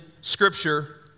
Scripture